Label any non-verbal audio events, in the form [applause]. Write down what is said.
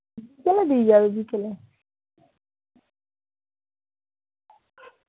[unintelligible] দিয়ে যাবে বিকেলে